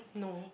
no